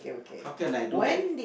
how can I do that